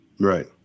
Right